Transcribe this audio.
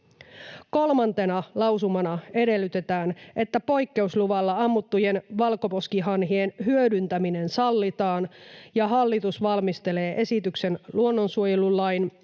Kolmantena lausumana edellytetään, että poikkeusluvalla ammuttujen valkoposkihanhien hyödyntäminen sallitaan ja hallitus valmistelee esityksen luonnonsuojelulain